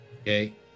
Okay